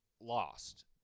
lost